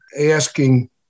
asking